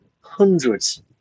hundreds